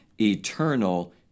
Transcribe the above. eternal